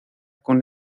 con